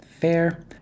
Fair